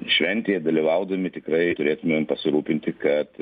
šventėje dalyvaudami tikrai turėtumėm pasirūpinti kad